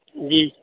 جی